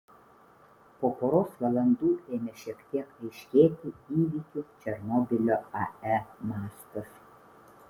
po poros valandų ėmė šiek tiek aiškėti įvykių černobylio ae mastas